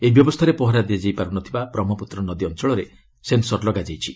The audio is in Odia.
ଏହି ବ୍ୟବସ୍ଥାରେ ପହରା ଦିଆଯାଇ ପାରୁ ନ ଥିବା ବ୍ରହ୍ମପୁତ୍ର ନଦୀ ଅଞ୍ଚଳରେ ସେନ୍ସର୍ ଲଗାଯାଇଛି